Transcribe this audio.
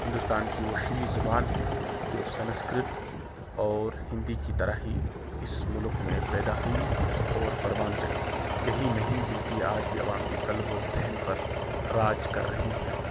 ہندوستان کی وہ شریں زبان ہے جو سنسکرت اور ہندی کی طرح ہی اس ملک میں پیدا ہوئی اور پروان چڑھی یہی نہیں بلکہ آج بھی عوام کے قلب و ذہن پر راج کر رہی ہے